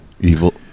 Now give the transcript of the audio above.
Evil